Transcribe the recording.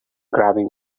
grabbing